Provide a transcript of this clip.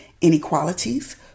inequalities